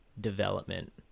development